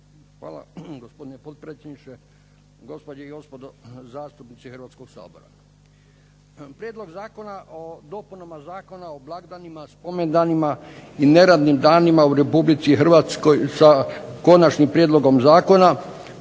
Hvala gospodine potpredsjedniče, gospođe i gospodo zastupnici Hrvatskog sabora. Prijedlog zakona o dopunama Zakona o blagdanima, spomendanima i neradnim danima u Republici Hrvatskoj sa konačnim prijedlogom zakona